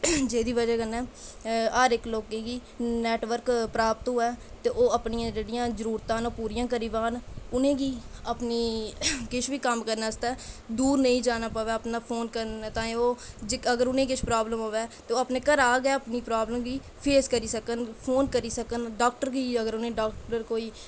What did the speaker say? जेह्दी बजह कन्नै हर इक्क लोकें गी नेटवर्क प्राप्त होऐ ते ओह् अपनियां जेह्ड़ियां जरूरतां न ओह् पूरियां करी पान उ'नें गी अपनी किश बी कम्म करने आस्तै दूर नेईं जाना पवै अपना फोन करने ताहीं ओह् अगर उनेंगी किश प्रॉब्लम आवै ते ओह् अपने घरा गै उस प्रॉब्लम गी फेस करी सकन फोन करी सकन डॉक्टर गी अगर उ'नें ई डॉक्टर कोई